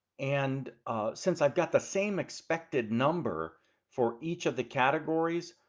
and since i've got the same expected number for each of the categories,